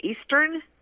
Eastern